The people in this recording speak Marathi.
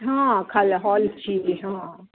हां खाल हॉलची हां